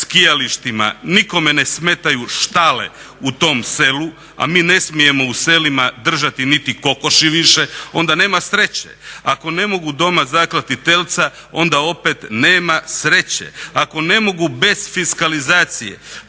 skijalištima nikome ne smetaju štale u tom selu, a mi ne smijemo u selima držati niti kokoši više onda nema sreće. Ako ne mogu doma zaklati telca onda opet nema sreće. Ako ne mogu bez fiskalizacije